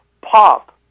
pop